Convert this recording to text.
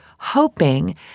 hoping